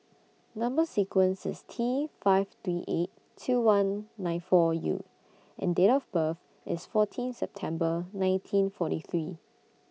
Number sequence IS T five three eight two one nine four U and Date of birth IS fourteen September nineteen forty three